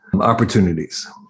opportunities